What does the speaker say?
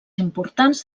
importants